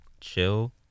chill